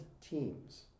teams